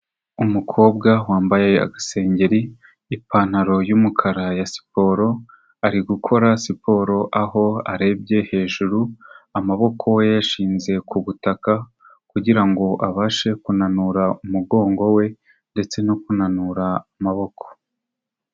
Umukobwa wambaye agasengeri, ipantaro y'umukara ya siporo, ari gukora siporo aho arebye hejuru, amaboko yashinze ku butaka kugira ngo abashe kunanura umugongo we ndetse no kunanura amaboko.